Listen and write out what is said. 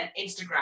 Instagram